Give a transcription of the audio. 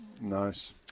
Nice